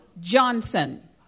Johnson